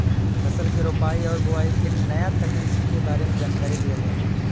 फसल के रोपाई आउर बोआई के नया तकनीकी के बारे में जानकारी दिहल जाला